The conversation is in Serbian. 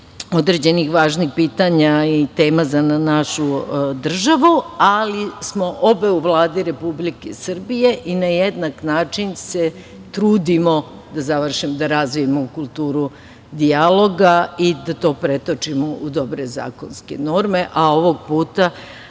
određenih važnih pitanja i tema za našu državu, ali smo obe u Vladi Republike Srbije i na jednak način se trudimo da razvijemo kulturu dijaloga i da to pretočimo u dobre zakonske norme. Ovog puta